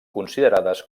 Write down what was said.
considerades